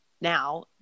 now